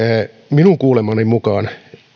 minun kuulemani mukaan